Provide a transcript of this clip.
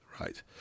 right